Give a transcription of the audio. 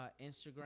Instagram